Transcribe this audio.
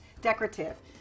decorative